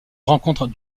rencontre